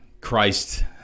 Christ